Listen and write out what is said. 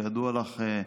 כידוע לך,